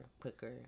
quicker